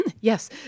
Yes